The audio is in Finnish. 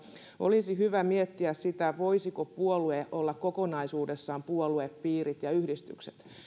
olisi hyvä miettiä sitä voisiko puolue kattaa kokonaisuudessaan puoluepiirit ja yhdistykset